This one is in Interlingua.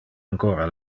ancora